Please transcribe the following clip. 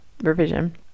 revision